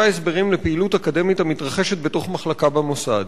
הסברים לפעילות אקדמית המתרחשת בתוך מחלקה במוסד.